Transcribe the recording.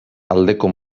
aldeko